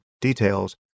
details